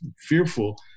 fearful